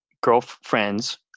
girlfriends